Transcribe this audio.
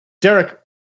Derek